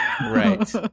Right